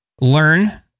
learn